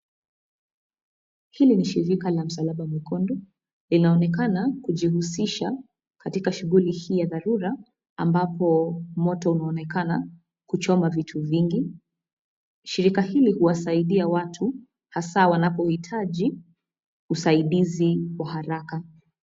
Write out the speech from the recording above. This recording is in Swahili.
Hili ni Shirika la Msalaba Mwekundu; linaonekana kujishughulisha katika shughuli hii ya dharura ambapo moto unaonekana kuchoma vitu vingi. Shirika hili huwasaidia watu hasa wanapohitaji usaidizi wa haraka.